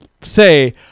say